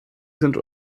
sind